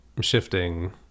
shifting